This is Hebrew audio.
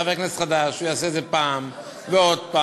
הוא חבר כנסת חדש,